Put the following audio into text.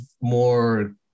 more